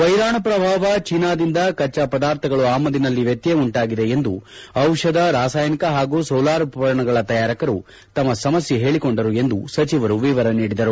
ವೈರಾಣು ಪ್ರಭಾವ ಚೀನಾದಿಂದ ಕಜ್ಜಾ ಪದಾರ್ಥಗಳು ಆಮದಿನಲ್ಲಿ ವ್ಯತ್ತಯ ಉಂಟಾಗಿದೆ ಎಂದು ಔಷಧ ರಸಾಯನಿಕ ಹಾಗೂ ಸೋಲಾರ್ ಉಪಕರಣಗಳ ತಯಾರಕರು ತಮ್ನ ಸಮಸ್ಯೆ ಹೇಳಿಕೊಂಡರು ಎಂದು ಸಚಿವರು ವಿವರಿಸಿದರು